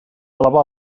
elevar